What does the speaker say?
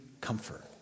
comfort